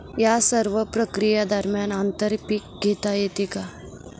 या सर्व प्रक्रिये दरम्यान आंतर पीक घेता येते का?